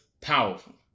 Powerful